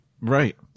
Right